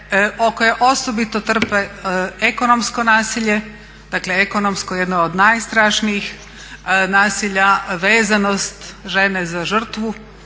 koje osobito trpe ekonomsko nasilje, dakle ekonomsko je jedno od najstrašnijih nasilja, vezanost žene kao žrtve